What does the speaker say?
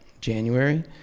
January